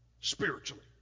spiritually